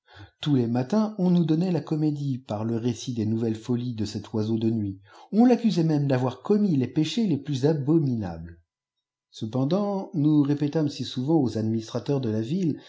tolis les matins on nous donnait la comédie par le récit des nouvelles folies de cet oiseau de nuit on i accusait même d'avoir commis les péchés les plus abominables cependant nous répétmes si souvent aux administrateurs de la ville